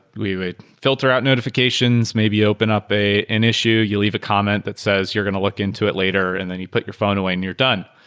we would filter out notifications, maybe open up an issue. you leave a comment that says you're going to look into it later, and then you put your phone away and you're done.